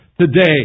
today